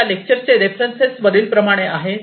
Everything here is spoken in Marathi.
या लेक्चर चे रेफरन्सेस वरील प्रमाणे आहे